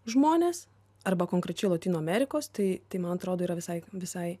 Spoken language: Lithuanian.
žmonės arba konkrečiai lotynų amerikos tai tai man atrodo yra visai visai